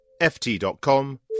ft.com